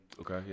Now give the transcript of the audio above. Okay